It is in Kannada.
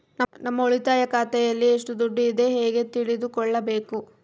ನಮ್ಮ ಉಳಿತಾಯ ಖಾತೆಯಲ್ಲಿ ಎಷ್ಟು ದುಡ್ಡು ಇದೆ ಹೇಗೆ ತಿಳಿದುಕೊಳ್ಳಬೇಕು?